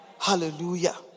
Hallelujah